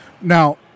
Now